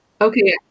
Okay